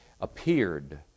appeared